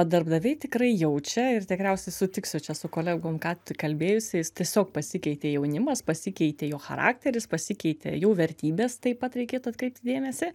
darbdaviai tikrai jaučia ir tikriausiai sutiksiu čia su kolegom ką tik kalbėjusiais tiesiog pasikeitė jaunimas pasikeitė jo charakteris pasikeitė jų vertybės taip pat reikėtų atkreipti dėmesį